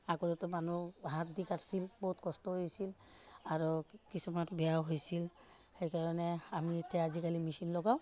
আকৌ তাতো মানুহে হাত দি কাটিছিল বহুত কষ্ট হৈছিল আৰু কিছুমান বেয়াও হৈছিল সেইকাৰণে আমি এতিয়া আজিকালি মেচিন লগাওঁ